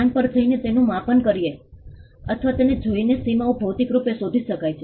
સ્થાન પર જઈને તેનું માપન કરીને અથવા તેને જોઈને સીમાઓ ભૌતિક રૂપે શોધી શકાય છે